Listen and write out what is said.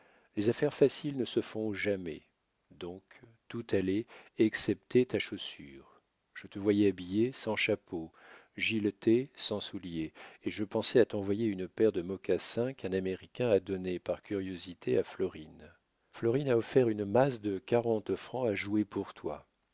les affaires faciles ne se font jamais donc tout allait excepté ta chaussure je te voyais habillé sans chapeau gileté sans souliers et je pensais à t'envoyer une paire de mocassins qu'un américain a donnés par curiosité à florine florine a offert une masse de quarante francs à jouer pour toi